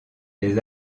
des